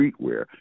streetwear